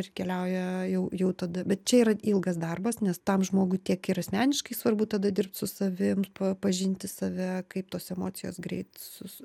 ir keliauja jau jau tada bet čia yra ilgas darbas nes tam žmogui tiek ir asmeniškai svarbu tada dirbt su savim pa pažinti save kaip tos emocijos greit su su